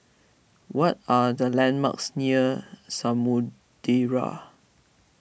what are the landmarks near Samudera